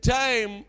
time